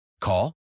Call